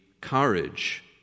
courage